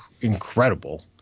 Incredible